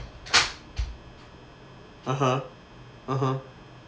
(uh huh) (uh huh)